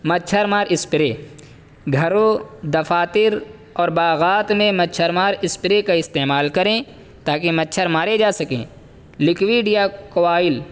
مچھر مار اسپرے گھروں دفاتر اور باغات میں مچھر مار اسپرے کا استعمال کریں تاکہ مچھرمارے جا سکیں لکویڈ یا کوائل